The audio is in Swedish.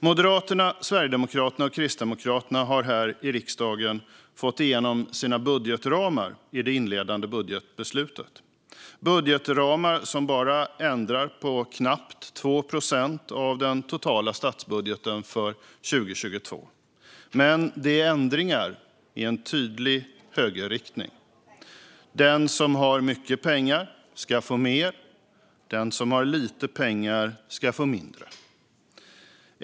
Moderaterna, Sverigedemokraterna och Kristdemokraterna har här i riksdagen fått igenom sina budgetramar i det inledande budgetbeslutet - budgetramar som bara ändrar på knappt 2 procent av den totala statsbudgeten för 2022. Men det är ändringar i tydlig högerriktning. Den som har mycket pengar ska få mer, och den som har lite pengar ska få mindre.